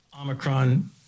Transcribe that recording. Omicron